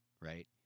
right